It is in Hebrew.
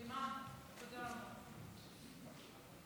תודה רבה, אדוני היושב-ראש.